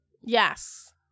Yes